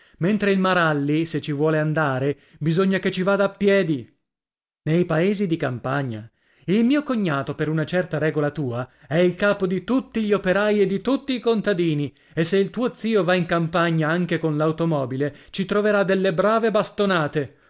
mentre il maralli se ci vuole andare bisogna che ci vada a piedi nel paesi di campagna il mio cognato per una certa regola tua è il capo di tutti gli operai e di tutti i contadini e se il tuo zio va in campagna anche con l'automobile ci troverà delle brave bastonale